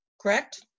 correct